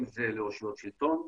אם זה לאושיות שלטון,